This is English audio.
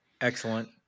excellent